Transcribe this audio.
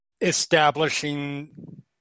establishing